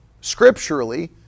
scripturally